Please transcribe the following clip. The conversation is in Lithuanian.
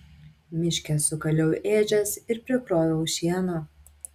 miške sukaliau ėdžias ir prikroviau šieno